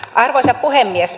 arvoisa puhemies